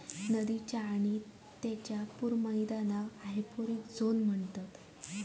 नदीच्य आणि तिच्या पूर मैदानाक हायपोरिक झोन म्हणतत